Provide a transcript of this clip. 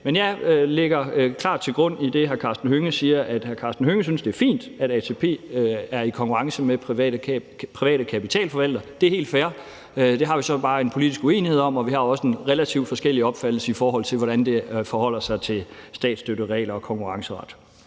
Karsten Hønge siger, at hr. Karsten Hønge synes, det er fint, at ATP er i konkurrence med private kapitalforvaltere. Det er helt fair. Det har vi så bare en politisk uenighed om, og vi har også en relativt forskellig opfattelse af, hvordan det forholder sig til statsstøtteregler og konkurrenceret.